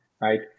right